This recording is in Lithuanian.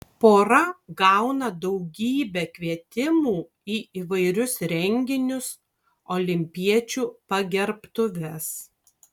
pora gauna daugybę kvietimų į įvairius renginius olimpiečių pagerbtuves